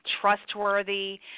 trustworthy